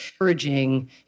encouraging